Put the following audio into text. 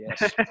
yes